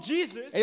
Jesus